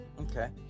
Okay